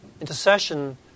intercession